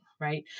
right